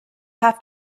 have